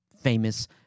Famous